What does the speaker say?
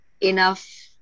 enough